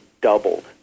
doubled